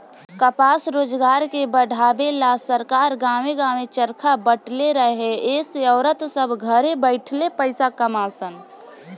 कपास रोजगार के बढ़ावे ला सरकार गांवे गांवे चरखा बटले रहे एसे औरत सभ घरे बैठले पईसा कमा सन